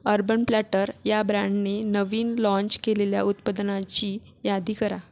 urban Platter या ब्रँणने नवीन लाँच केलेल्या उत्पादनाची यादी करा